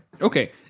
Okay